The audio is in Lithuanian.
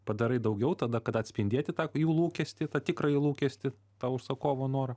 padarai daugiau tada kada atspindėti tą jų lūkestį tą tikrąjį lūkestį tą užsakovo norą